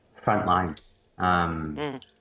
Frontline